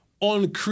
on